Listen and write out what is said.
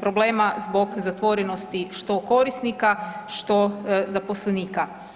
problema zbog zatvorenosti što korisnika, što zaposlenika.